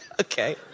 Okay